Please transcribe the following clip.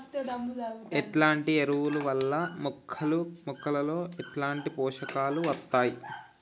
ఎట్లాంటి ఎరువుల వల్ల మొక్కలలో ఎట్లాంటి పోషకాలు వత్తయ్?